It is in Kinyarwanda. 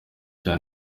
cya